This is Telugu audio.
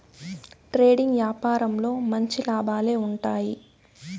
ట్రేడింగ్ యాపారంలో మంచి లాభాలే ఉంటాయి